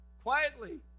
quietly